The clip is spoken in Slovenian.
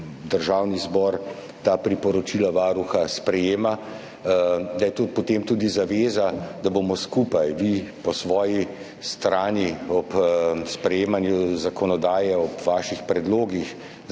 Državni zbor ta priporočila Varuha sprejme, je to potem tudi zaveza, da bomo skupaj – vi po svoji strani ob sprejemanju zakonodaje, ob svojih predlogih